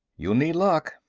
you'll need luck,